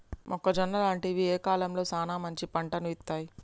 మొక్కజొన్న లాంటివి ఏ కాలంలో సానా మంచి పంటను ఇత్తయ్?